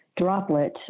droplet